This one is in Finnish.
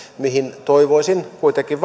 mihin liittyen toivoisin kuitenkin